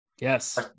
Yes